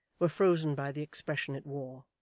were frozen by the expression it wore.